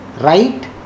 Right